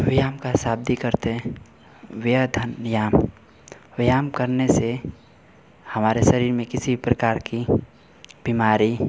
व्यायाम का शाब्दिक अर्थ है व्य धन याम व्यायाम करने से हमारे शरीर में किसी प्रकार की बीमारी